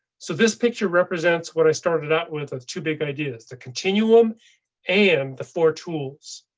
so this picture represents what i started out with two big ideas to continuum and the four tools.